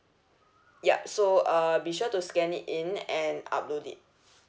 yup so uh be sure to scan it in and upload it